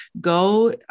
go